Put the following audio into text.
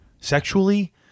sexually